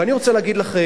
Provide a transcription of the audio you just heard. ואני רוצה להגיד לכם,